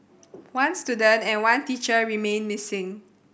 one student and one teacher remain missing